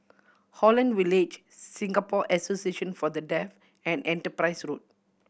Holland Village Singapore Association For The Deaf and Enterprise Road